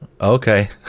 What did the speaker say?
Okay